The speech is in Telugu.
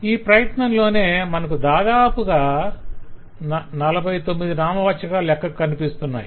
ఈ ప్రయత్నంలోనే మనకు దాదాపుగా 49 నామవాచాకాలు లెక్కకు కనిపిస్తున్నాయి